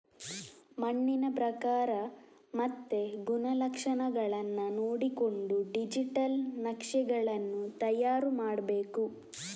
ಮಣ್ಣಿನ ಪ್ರಕಾರ ಮತ್ತೆ ಗುಣಲಕ್ಷಣಗಳನ್ನ ನೋಡಿಕೊಂಡು ಡಿಜಿಟಲ್ ನಕ್ಷೆಗಳನ್ನು ತಯಾರು ಮಾಡ್ಬೇಕು